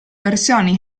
versioni